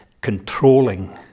controlling